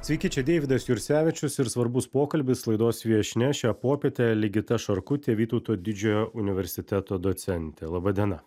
sveiki čia deividas jursevičius ir svarbus pokalbis laidos viešnia šią popietę ligita šarkutė vytauto didžiojo universiteto docentė laba diena